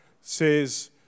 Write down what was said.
says